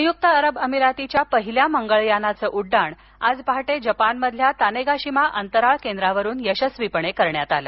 संयुक्त अरब अमिरातीच्या पहिल्या मंगळ यानाचं उड्डाण आज पहाटे जपानमधील तानेगाशिमा अंतराळ केंद्रावरून यशस्वीपणे करण्यात आलं